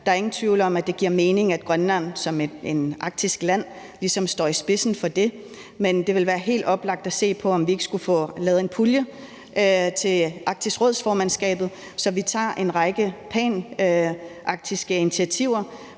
Der er ingen tvivl om, at det giver mening, at Grønland som et arktisk land ligesom står i spidsen for det, men det vil være helt oplagt at se på, om vi ikke skulle få lavet en pulje til Arktisk Råds-formandskabet, så vi tager en række panarktiske initiativer